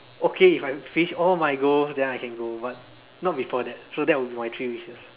okay if I finish all my goals then I can go but not before that so that will be my three wishes